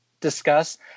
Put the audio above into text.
discuss